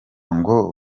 ngo